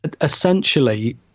essentially